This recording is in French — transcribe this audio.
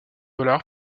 dollars